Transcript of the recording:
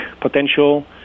potential